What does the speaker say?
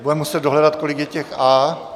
Budeme muset dohledat, kolik je těch A.